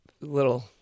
little